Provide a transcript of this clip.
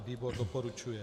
Výbor doporučuje.